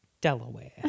Delaware